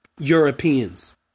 Europeans